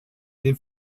den